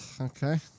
Okay